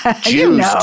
Jews